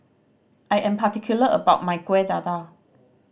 I am particular about my Kueh Dadar